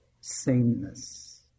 sameness